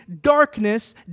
darkness